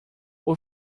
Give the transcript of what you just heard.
por